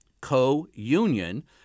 co-union